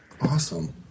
awesome